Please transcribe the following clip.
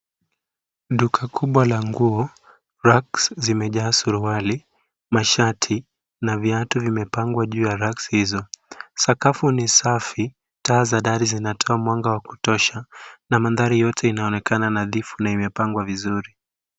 Duka kubwa la nguo, racks zimejaa suruali, mashati, na viatu vimepangwa juu ya racks hizo. Sakafu ni safi, taa za dari zinatoa mwanga wa kutosha, na mandhari yote inaonekana nadhifu na imepangwa vizuri.